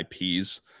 IPs